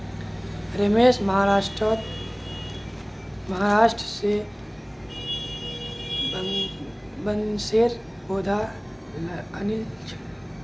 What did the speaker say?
रमेश महाराष्ट्र स बांसेर पौधा आनिल छ